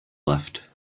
left